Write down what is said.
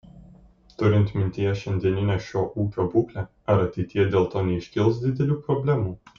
turint mintyje šiandieninę šio ūkio būklę ar ateityje dėl to neiškils didelių problemų